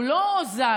הוא לא זז.